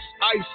ice